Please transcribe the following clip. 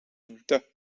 inte